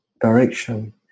direction